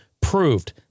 proved